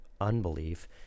unbelief